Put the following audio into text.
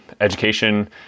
education